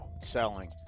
Selling